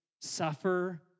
Suffer